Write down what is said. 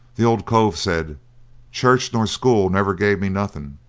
the old cove said church nor school never gave me nothing,